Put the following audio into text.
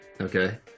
Okay